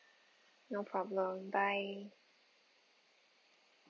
no problem bye